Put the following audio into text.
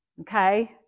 okay